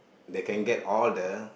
they can get all the